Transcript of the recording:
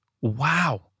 wow